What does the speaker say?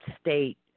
state